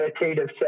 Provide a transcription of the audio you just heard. meditative